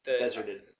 Deserted